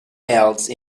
else